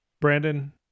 brandon